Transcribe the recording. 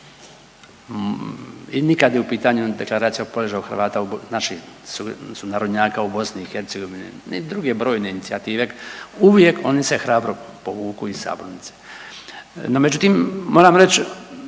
I ni kad je pitanju deklaracija o položaju Hrvata, naših sunarodnjaka u BiH, ni druge brojne inicijative, uvijek oni se hrabro povuku iz sabornice. No međutim, moram reći,